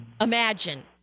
imagine